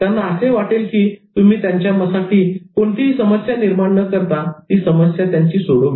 त्यांना असे वाटेल की तुम्ही त्यांच्यासाठी कोणतीही समस्या निर्माण न करता ती समस्या सोडविली